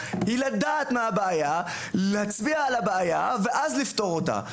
לדעת מה הבעיה ולהצביע עליה ולפתור אותה.